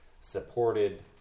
supported